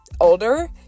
older